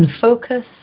focus